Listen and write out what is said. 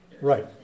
right